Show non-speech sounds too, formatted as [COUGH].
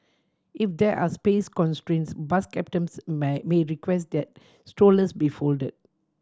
if there are space constraints bus captains [UNINTELLIGIBLE] may request that strollers be folded